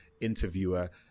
interviewer